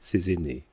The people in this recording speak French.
ses aînés